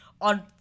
on